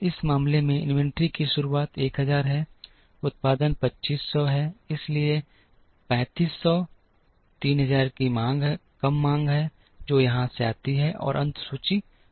इस मामले में इन्वेंट्री की शुरुआत 1000 है उत्पादन 2500 है इसलिए 3500 3000 की कम मांग है जो यहां से आती है और अंत सूची 500 है